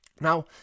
Now